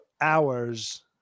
hours